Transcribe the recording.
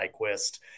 Nyquist